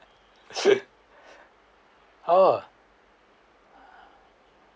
oh